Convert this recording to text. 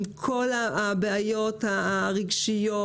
עם כל הבעיות הרגשיות,